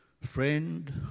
friend